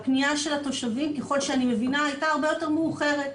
הפניה של התושבים ככל שאני מבינה הייתה הרבה יותר מאוחרת,